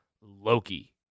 Loki